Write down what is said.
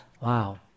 Wow